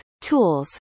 tools